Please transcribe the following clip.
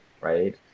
right